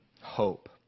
hope